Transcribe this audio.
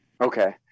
Okay